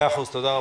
תודה רבה.